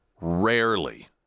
Rarely